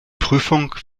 prüfung